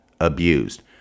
abused